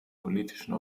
politischen